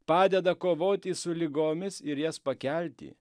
padeda kovoti su ligomis ir jas pakelti